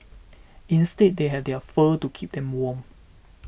instead they have their fur to keep them warm